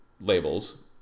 labels